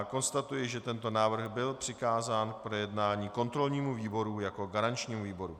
Konstatuji, že tento návrh byl přikázán k projednání kontrolnímu výboru jako garančnímu výboru.